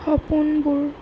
সপোনবোৰ